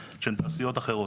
להפוך את המפעלים שלנו,